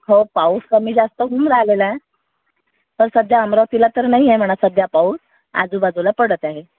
हो पाऊस कमी जास्त होऊन राहिलेला आहे पण सध्या अमरावतीला तर नाही आहे म्हणा सध्या पाऊस आजूबाजूला पडत आहे